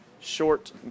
short